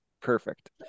perfect